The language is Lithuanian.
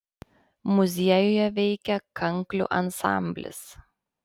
muziejuje veikia kanklių ansamblis